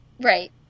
right